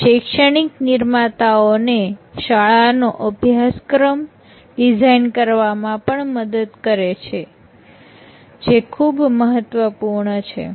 તે શૈક્ષણિક નિર્માતાઓને શાળાનો અભ્યાસક્રમ ડિઝાઈન કરવામાં પણ મદદ કરે છે જે ખૂબ મહત્વપૂર્ણ છે